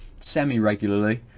semi-regularly